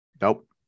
Nope